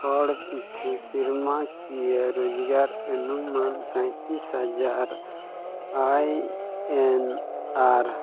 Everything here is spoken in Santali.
ᱦᱚᱲ ᱯᱤᱪᱷᱩ ᱥᱮᱨᱢᱟ ᱠᱤᱭᱟᱹ ᱨᱳᱡᱽᱜᱟᱨ ᱚᱱᱩᱢᱟᱱ ᱥᱟᱸᱭᱛᱤᱥ ᱦᱟᱡᱟᱨ ᱟᱭ ᱮᱱ ᱟᱨ